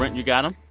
you got them?